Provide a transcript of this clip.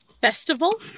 Festival